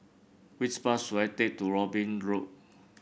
which bus should I take to Robin Road